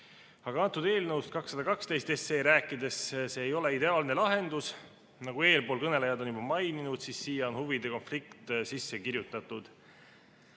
Antud eelnõust 212 rääkides: see ei ole ideaalne lahendus. Nagu eespool kõnelejad on juba maininud, siia on huvide konflikt sisse kirjutatud.